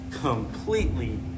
completely